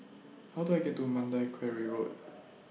How Do I get to Mandai Quarry Road